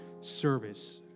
service